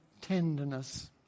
tenderness